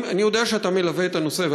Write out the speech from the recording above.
אני יודע שאתה מלווה את הנושא,